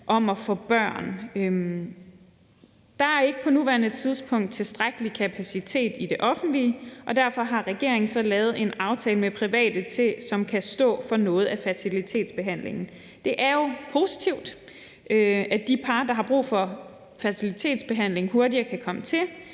om at få børn. Der er ikke på nuværende tidspunkt tilstrækkelig kapacitet i det offentlige, og derfor har regeringen så lavet en aftale med private, som kan stå for noget af fertilitetsbehandlingen. Det er jo positivt, at de par, der har brug for fertilitetsbehandling, hurtigere kan komme til.